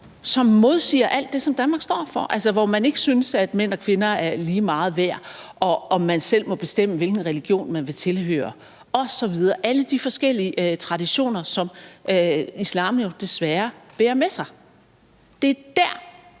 som modsiger alt det, som Danmark står for, altså hvor man ikke synes, at mænd og kvinder er lige meget værd, og hvor man ikke selv må bestemme, hvilken religion man vil tilhøre osv. – alle de forskellige traditioner, som islam jo desværre bærer med sig? Det er dér,